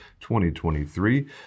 2023